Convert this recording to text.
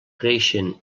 creixen